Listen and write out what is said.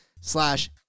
slash